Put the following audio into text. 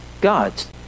God's